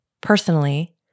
personally